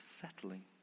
settling